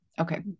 Okay